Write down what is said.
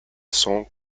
saint